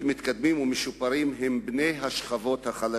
מתקדמים ומשופרים הם בני השכבות החלשות,